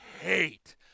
hate